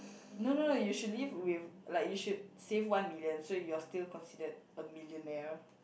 no no no you should leave with like you should save one million so you're still considered a millionaire